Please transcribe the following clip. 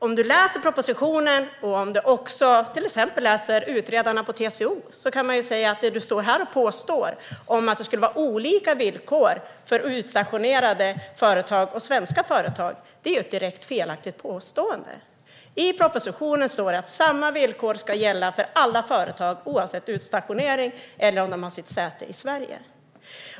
Om du läser propositionen och det som utredarna på TCO säger ser man att det som du står här och påstår, om att det skulle vara olika villkor för utstationerade företag och svenska företag, är ett direkt felaktigt påstående. I propositionen står det att samma villkor ska gälla för alla företag oavsett utstationering eller om de har sitt säte i Sverige.